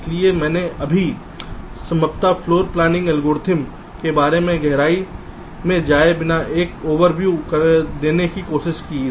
इसलिए मैंने अभी संभव फ्लोर प्लानिंग एल्गोरिदम के बारे में गहराई में जाए बिना एक ओवरव्यू देने की कोशिश की है